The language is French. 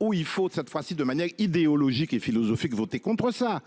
où il faut de cette fois-ci de manière idéologique et philosophique voter contre ça.